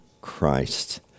Christ